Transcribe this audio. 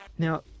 Now